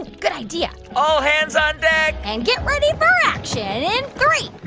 good idea all hands on deck and get ready for action in three,